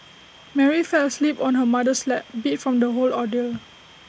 Mary fell asleep on her mother's lap beat from the whole ordeal